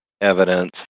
evidence